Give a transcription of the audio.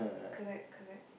correct correct